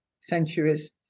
centuries